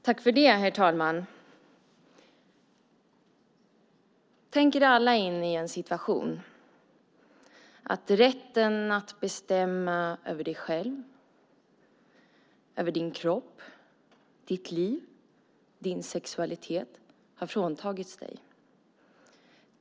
Herr talman! Tänk dig in i en situation där rätten att bestämma över dig själv, din kropp, ditt liv eller din sexualitet har fråntagits dig!